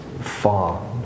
far